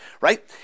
right